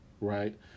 right